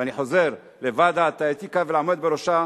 ואני חוזר: לוועדת האתיקה ולעומד בראשה,